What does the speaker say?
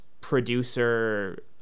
producer